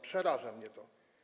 Przeraża mnie to.